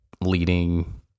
leading